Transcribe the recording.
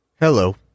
Hello